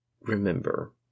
remember